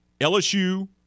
LSU